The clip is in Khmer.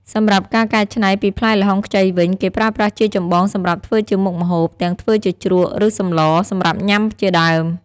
សម្រាប់ការកែច្នៃពីផ្លែល្ហុងខ្ចីវិញ គេប្រើប្រាស់ជាចម្បងសម្រាប់ធ្វើជាមុខម្ហូប ទាំងធ្វើជាជ្រក់ ឬសម្លរ សម្រាប់ញាំជាដើម។